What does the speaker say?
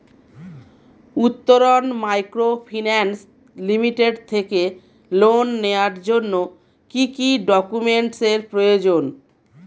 Uttaran microfinance limited থেকে loan নেওয়ার জন্য কি কি ডকুমেন্টস এর প্রয়োজন?